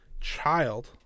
child